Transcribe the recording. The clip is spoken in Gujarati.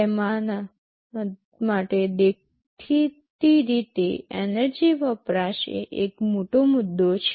તેમના માટે દેખીતી રીતે એનર્જી વપરાશ એ એક મોટો મુદ્દો છે